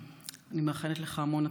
אני מאחלת לך המון הצלחה.